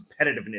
competitiveness